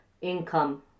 income